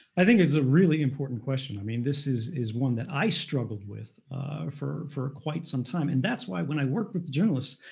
i think is a really important question. i mean, this is is one that i struggled with for for quite some time. and that's why when i worked with journalists,